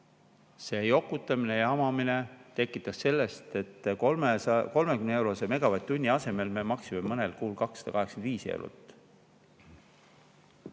See jokutamine ja jamamine tekitasid selle, et 30-eurose megavatt-tunni [hinna] asemel me maksime mõnel kuul 285 eurot.